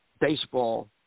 baseball